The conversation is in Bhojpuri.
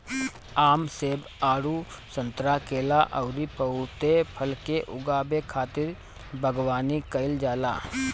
आम, सेब, आडू, संतरा, केला अउरी बहुते फल के उगावे खातिर बगवानी कईल जाला